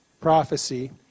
prophecy